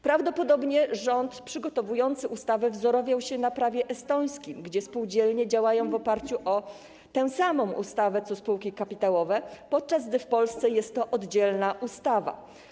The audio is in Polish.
Prawdopodobnie rząd, przygotowując ustawę, wzorował się na prawie estońskim, gdzie spółdzielnie działają w oparciu o tę samą ustawę co spółki kapitałowe, podczas gdy w Polsce jest to oddzielna ustawa.